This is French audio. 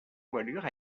voilure